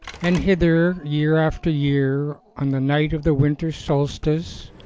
and hither, year after year, on the night of the winter solstice,